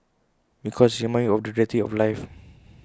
because IT reminds you of the reality of life